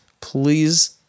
Please